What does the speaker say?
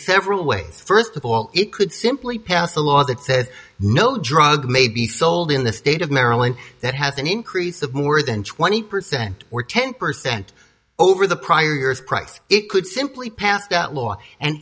several ways first of all it could simply pass a law that said no drug may be sold in the state of maryland that has an increase of more than twenty percent or ten percent over the prior years price it could simply pass that law and